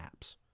apps